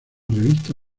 revista